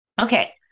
okay